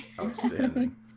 outstanding